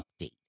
update